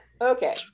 okay